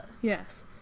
Yes